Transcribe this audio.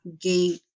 gate